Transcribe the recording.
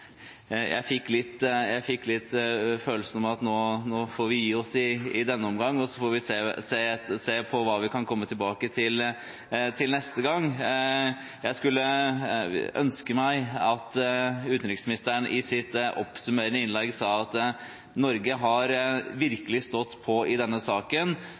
nå får vi gi oss i denne omgang, og så får vi se på hva vi kan komme tilbake til neste gang. Jeg skulle ønske at utenriksministeren i sitt oppsummerende innlegg sa at Norge har virkelig stått på i denne saken.